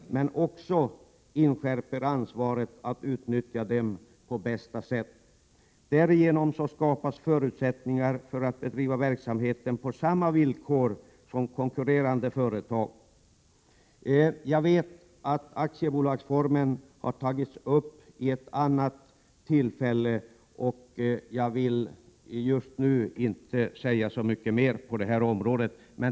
1987/88:116 per också ansvaret att utnyttja dem på bästa sätt. Därigenom skapas En framtidsinriktad förutsättningar att bedriva verksamheten på samma villkor som konkurrerande företag. Jag vet att aktiebolagsformen har tagits upp i annat sammanhang, och jag vill därför inte nu säga mycket mer i denna fråga.